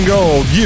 Gold